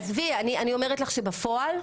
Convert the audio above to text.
עזבי, אני אומרת לך שבפועל,